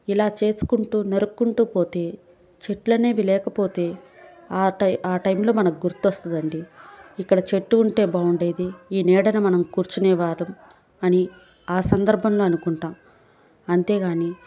ఇలా చేసుకుంటూ నరుక్కుంటూ పోతే చెట్లు అనేవి లేకపోతే ఆ టైంలో మనకు గుర్తొస్తుందండి ఇక్కడ చెట్టు ఉంటే బాగుండేది ఈ నీడను మనం కూర్చునే వారం అని ఆ సందర్భంలో అనుకుంటాం అంతే కానీ